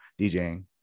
DJing